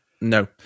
No